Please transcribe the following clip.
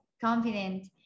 confident